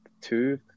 two